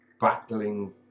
battling